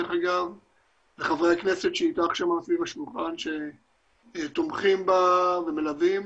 לחברי הכנסת שאיתך סביב השולחן שתומכים ומלווים